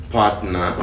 partner